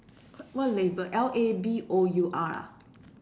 what labour L A B O U R ah